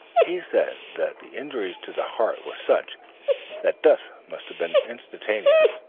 he said that the injuries to the heart were such that death must have been instantaneous,